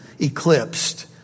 Eclipsed